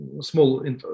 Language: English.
small